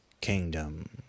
Kingdom